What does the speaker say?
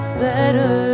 better